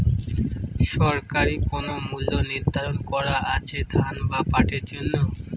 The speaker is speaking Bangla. সরকারি কোন মূল্য নিধারন করা আছে ধান বা পাটের জন্য?